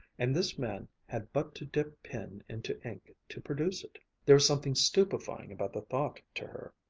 and this man had but to dip pen into ink to produce it. there was something stupefying about the thought to her.